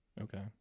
Okay